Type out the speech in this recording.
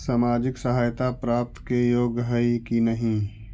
सामाजिक सहायता प्राप्त के योग्य हई कि नहीं?